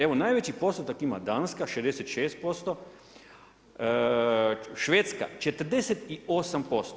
Evo najveći postotak ima Danska 66%, Švedska, 48%